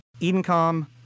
Edencom